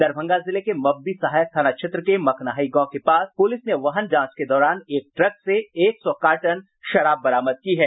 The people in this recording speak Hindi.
दरभंगा जिले के मब्बी सहायक थाना क्षेत्र के मखनाही गांव के पास पुलिस ने वाहन जांच के दौरान एक ट्रक से एक सौ कार्टन शराब बरामद की है